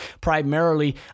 Primarily